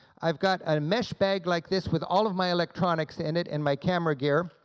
i've got a mesh bag like this with all of my electronics in it and my camera gear.